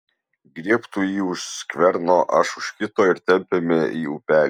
griebk tu jį už skverno aš už kito ir tempiame į upelį